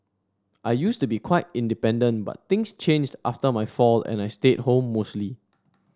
I used to be quite independent but things changed after my fall and I stayed at home mostly